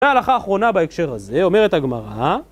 וההלכה האחרונה בהקשר הזה אומרת הגמרא